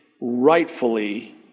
rightfully